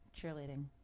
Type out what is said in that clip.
cheerleading